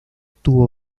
tuvo